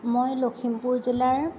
মই লখিমপুৰ জিলাৰ